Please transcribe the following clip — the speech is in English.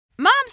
moms